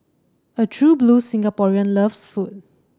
a true blue Singaporean loves food